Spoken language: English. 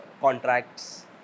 contracts